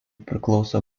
priklauso